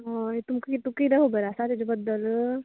हय तुम तुकां किदें खबर आसा तेचे बद्दल